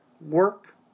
Work